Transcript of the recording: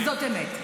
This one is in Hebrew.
זאת אמת.